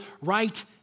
right